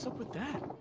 with that?